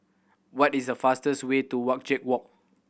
what is the fastest way to Wajek Walk